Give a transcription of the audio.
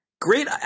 Great